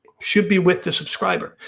should be with the subscriber.